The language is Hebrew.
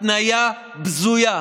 התניה בזויה,